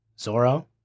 Zoro